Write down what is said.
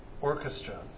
orchestra